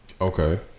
Okay